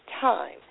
time